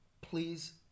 please